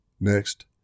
Next